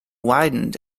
widened